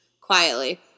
quietly